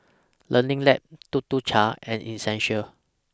Learning Lab Tuk Tuk Cha and Essential